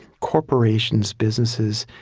corporations, businesses,